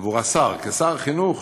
בעבור השר, כשר החינוך.